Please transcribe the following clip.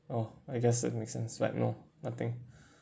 orh I guess that make sense but no nothing